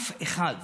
אף אחד.